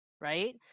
right